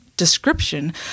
description